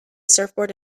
surfboard